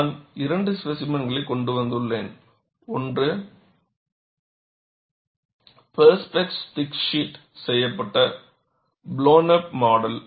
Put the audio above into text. நான் 2 ஸ்பேசிமென்களைக் கொண்டு வந்துள்ளேன் ஒன்று பெர்ஸ்பெக்ஸ் திக் ஷீட்டில் செய்யப்பட்ட பிலோன் அப் மாடல்